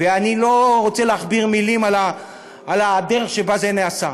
ואני לא רוצה להכביר מילים על הדרך שבה זה נעשה.